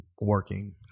working